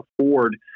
afford